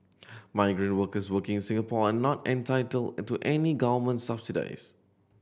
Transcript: migrant workers working in Singapore are not entitled in to any government subsidies